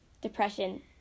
Depression